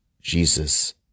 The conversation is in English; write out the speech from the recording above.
Jesus